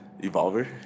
Evolver